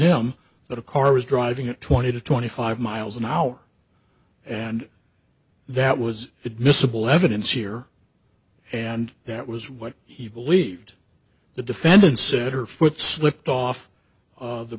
him that a car was driving at twenty to twenty five miles an hour and that was admissible evidence here and that was what he believed the defendant said her foot slipped off of the